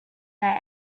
that